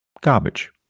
garbage